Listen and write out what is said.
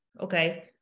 Okay